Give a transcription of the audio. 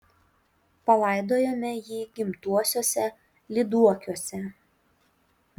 palaidojome jį gimtuosiuose lyduokiuose